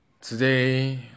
Today